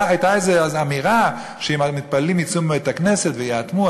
הייתה איזה אמירה שאם המתפללים יצאו מבית-הכנסת ויאטמו,